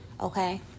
Okay